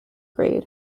grade